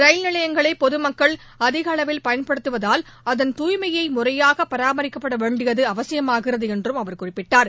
ரயில் நிலையங்களை பொதுமக்கள் அதிக அளவில் பயன்படுத்துவதால் அதன் தூய்மையை முறையாக பராமரிக்கப்பட வேண்டியது அவசியமாகிறது என்றும் அவர் குறிப்பிட்டார்